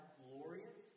glorious